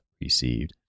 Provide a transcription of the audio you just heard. received